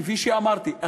כפי שאמרתי,